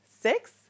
six